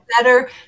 better